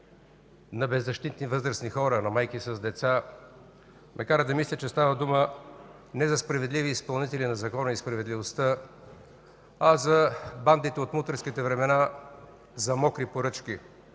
на беззащитни възрастни хора, на майки с деца, ме кара да мисля, че става дума не за справедливи изпълнители на закона и справедливост, а за бандите за мокри поръчки